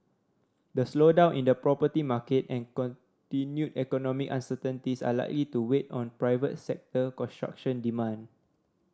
the slowdown in the property market and continued economic uncertainties are likely to weigh on private sector construction demand